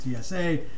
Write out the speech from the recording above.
TSA